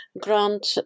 grant